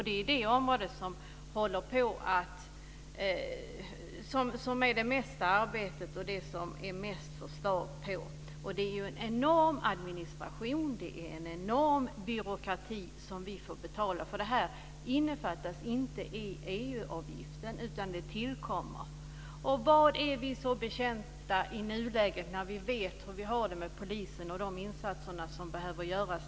Det är det område som har det mesta arbetet och där det är mest förslag. Det är en enorm administration, en enorm byråkrati som vi får betala. Det innefattas inte i EU-avgiften, utan det tillkommer. På vilket sätt är vi betjänta av det i nuläget när vi vet hur vi har det med polisen och de insatser som behöver göras?